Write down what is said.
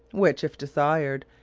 which, if desired,